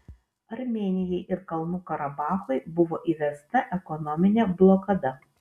armėnijai ir kalnų karabachui buvo įvesta ekonominė blokada